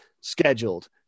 scheduled